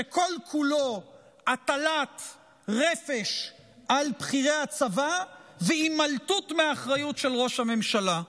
שכל-כולו הטלת רפש על בכירי הצבא והימלטות מהאחריות של ראש הממשלה.